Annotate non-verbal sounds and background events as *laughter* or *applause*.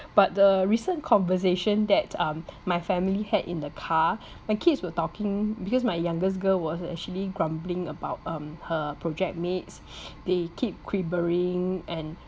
but the recent conversation that um my family had in the car my kids were talking because my youngest girl was actually grumbling about um her project mates *breath* they keep quibbling and